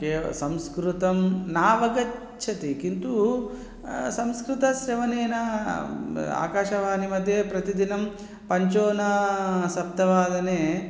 cave संस्कृतं नावगच्छति किन्तु संस्कृतश्रवणेन आकाशवाणीमध्ये प्रतिदिनं पञ्चोनसप्तवादने